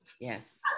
Yes